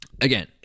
again